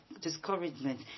discouragement